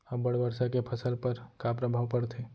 अब्बड़ वर्षा के फसल पर का प्रभाव परथे?